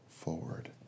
forward